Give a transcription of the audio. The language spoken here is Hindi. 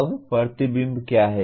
अब प्रतिबिंब क्या है